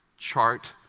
chart,